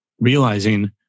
realizing